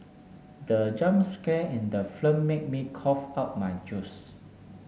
the jump scare in the film made me cough out my juice